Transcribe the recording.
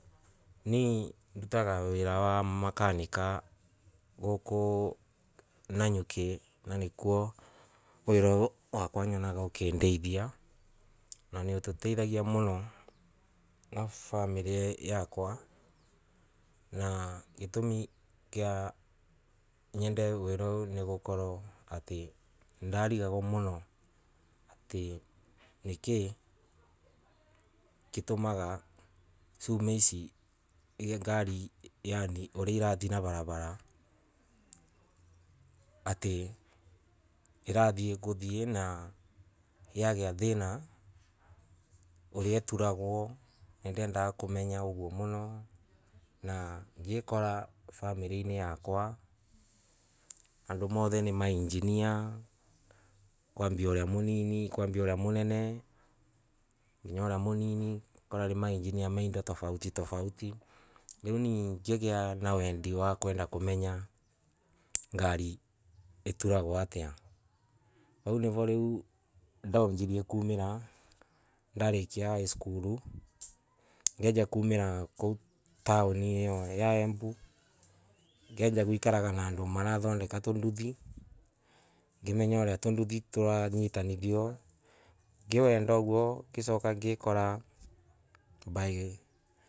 Ni ndutaga wira wa makanika guka nanyuki nanikuo nyonga wiira uyu wakwa nyonaga ukandeithia naniototeithagia muno na family yakwa, na gitumi kia nyende wira uyu nigukorwa atay ndarigagwo mono atay nikigitumaga Cuma ici igiengariyaani riringari irathii na varavara, atay kathia na yagiathana uria ituragwo niendaga komenya oguo muno, na ngikoro familiainay yakwa ando monthe nimaininjia kwambia uria munini kwmabia uria Munene nginya uria munini ugakora nimainjinia ma indotofauti riu nie ngigia na wendi wa komenya ngari ituragwo atia, vau nivo riu ndaonjira kumara ndarikia highskulu njianjia kumara kou towni iyo ya embu ngianjia guikaraga na ando marathondeka tonduthi, ngimenya uria tunduthi turanyitanithio ngiwenda uguo ngicoka ngiikora by.